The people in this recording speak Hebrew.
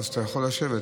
בועז, אתה יכול לשבת.